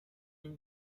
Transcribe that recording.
این